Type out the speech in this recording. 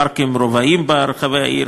ופארקים רבעיים ברחבי הערים,